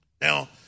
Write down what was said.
Now